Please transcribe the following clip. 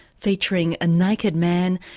featuring a naked man,